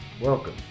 Welcome